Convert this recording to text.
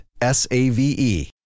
S-A-V-E